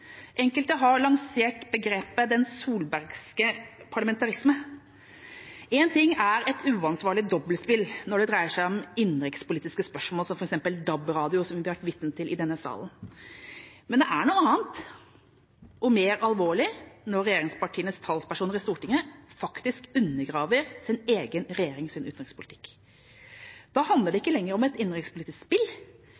Enkelte har lansert begrepet «den solbergske parlamentarisme». Én ting er et uansvarlig dobbeltspill når det dreier seg om innenrikspolitiske spørsmål som f.eks. DAB-radio, som vi har vært vitne til i denne salen. Men det er noe annet og mer alvorlig når regjeringspartienes talspersoner i Stortinget faktisk undergraver sin egen regjerings utenrikspolitikk. Da handler det